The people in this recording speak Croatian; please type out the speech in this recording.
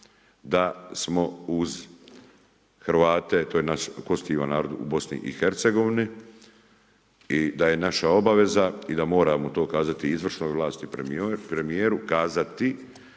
da smo uz Hrvate to je naš konstitutivan narod u Bosni i Hercegovini i da je naša obaveza i da moramo to kazati izvršnoj vlasti, premijeru kazati